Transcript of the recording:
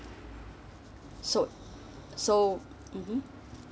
so so mmhmm